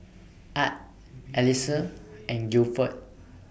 Art Elyse and Gilford